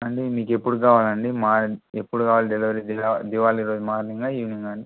అండి మీకు ఎప్పుడు కావాలండి మార్ ఎప్పుడు కావాలి డెలివరీ దివా దివాళీ రోజు మార్నింగా ఈవినింగా అండి